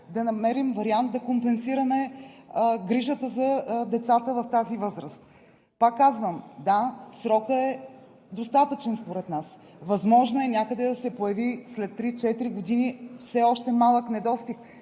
да намерим вариант да компенсираме грижата за децата в тази възраст. Пак казвам, да, срокът е достатъчен според нас. Възможно е някъде да се появи след три-четири години все още малък недостиг,